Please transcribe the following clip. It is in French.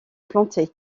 plantés